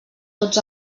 tots